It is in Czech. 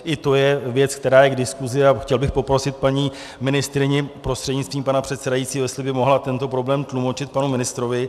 I to je věc, která je k diskuzi, a chtěl bych poprosit paní ministryni prostřednictvím pana předsedajícího, jestli by mohla tento problém tlumočit panu ministrovi.